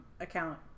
account